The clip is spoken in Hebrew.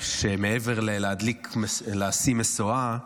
שמעבר ללהשיא משואה,